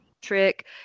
Trick